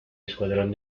escuadrón